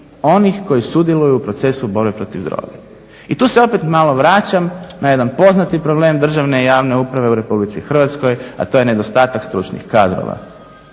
onih koji sudjeluju u procesu borbe protiv droge. I tu se opet malo vraćam na jedan poznati problem državne i javne uprave u RH, a to je nedostatak stručnih kadrova.